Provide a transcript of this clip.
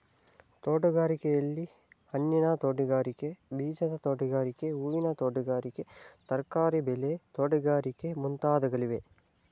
ತೋಟಗಾರಿಕೆಯಲ್ಲಿ, ಹಣ್ಣಿನ ತೋಟಗಾರಿಕೆ, ಬೀಜದ ತೋಟಗಾರಿಕೆ, ಹೂವಿನ ತೋಟಗಾರಿಕೆ, ತರಕಾರಿ ಬೆಳೆ ತೋಟಗಾರಿಕೆ ಮುಂತಾದವುಗಳಿವೆ